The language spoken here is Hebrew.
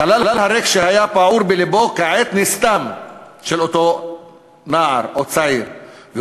החלל הריק שהיה פעור בלבו של אותו נער או צעיר נסתם כעת,